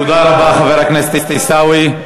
תודה רבה, חבר הכנסת עיסאווי.